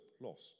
lost